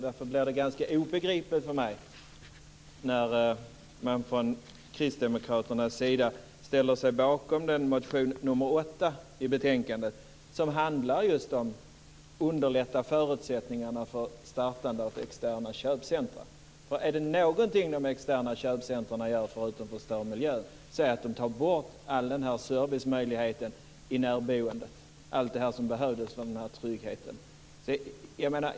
Därför blir det obegripligt för mig när man från Kristdemokraternas sida ställer sig bakom den motion i betänkandet som handlar just om att man ska underlätta startande av externa köpcentrum. Om det är någonting som de externa köpcentrumen gör förutom att förstöra miljön så är det att de tar bort hela den här servicemöjligheten i närboendet, allt det som behövs för den här tryggheten.